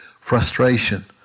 frustration